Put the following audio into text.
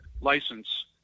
license